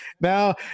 Now